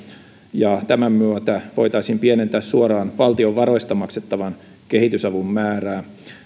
tämän myötä voitaisiin pienentää suoraan valtion varoista maksettavan kehitysavun määrää